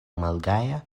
malgaja